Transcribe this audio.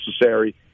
necessary